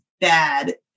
bad